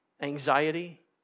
anxiety